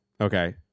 Okay